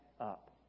up